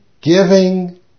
giving